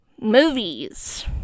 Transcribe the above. Movies